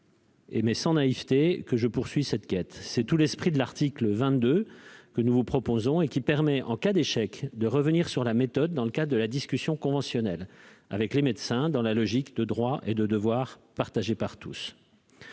mais sans naïveté, que je poursuis cette quête. C'est là tout l'esprit de l'article 22 que nous vous proposons : ce dispositif permet, en cas d'échec, de revenir sur la méthode dans le cadre de la discussion conventionnelle avec les médecins, selon la logique de droits et de devoirs partagée par tous.